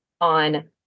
on